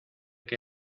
qué